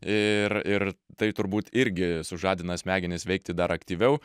ir ir tai turbūt irgi sužadina smegenis veikti dar aktyviau